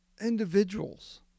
Individuals